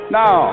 now